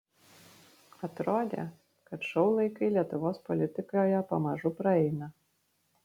atrodė kad šou laikai lietuvos politikoje pamažu praeina